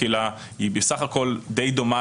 בסך הכול די דומה